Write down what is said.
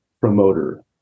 promoter